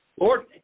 Lord